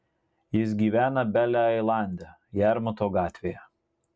jis gyvena bele ailande jarmuto gatvėje